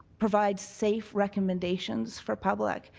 provide safe recommendations for public.